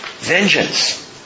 Vengeance